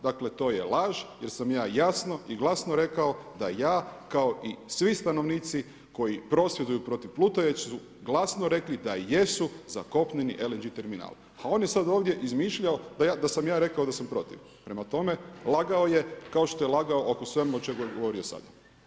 Dakle, to je laž jer sam ja jasno i glasno rekao da ja kao i svi stanovnici koji prosvjeduju protiv plutajućeg su glasno rekli da jesu za kopneni LNG terminal, ali on je sad ovdje izmišljao da sam ja rekao da sam protiv, prema tome, lagao je kao što je lagao o svemu o čemu je govorio sada.